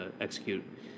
execute